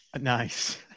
Nice